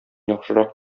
яхшырак